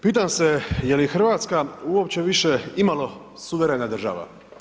Pitam se je li Hrvatska uopće više imalo suverena država.